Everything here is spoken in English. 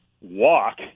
walk